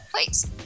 Please